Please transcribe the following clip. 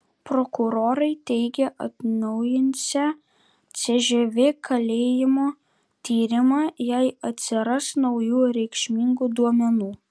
prokurorai teigia atnaujinsią cžv kalėjimo tyrimą jei atsiras naujų reikšmingų duomenų